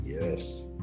Yes